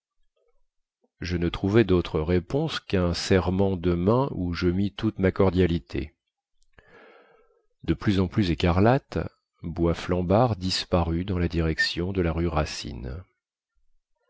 je ne trouvai dautre réponse quun serrement de main où je mis toute ma cordialité de plus en plus écarlate boisflambard disparut dans la direction de la rue racine